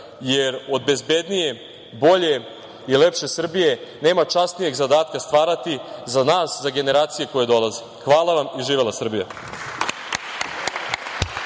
jer od bezbednije, bolje i lepše Srbije nema časnijeg zadatka stvarati za nas, za generacije koje dolaze. Hvala vam i živela Srbija.